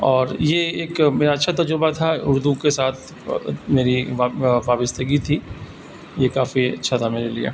اور یہ ایک میرا اچھا تجربہ تھا اردو کے ساتھ میری وابستگی تھی یہ کافی اچھا تھا میرے لے